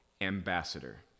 ambassador